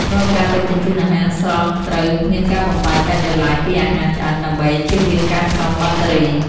រាល់ការដឹកជញ្ជូនអាហារស្រស់ត្រូវមានការបំបែកដាច់ដោយឡែកពីអាហារឆ្អិន ដើម្បីជៀសវាងការឆ្លងបាក់តេរី។